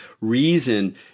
reason